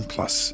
Plus